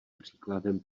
příkladem